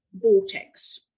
vortex